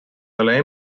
ole